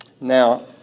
Now